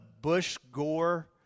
Bush-Gore